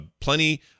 plenty